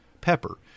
pepper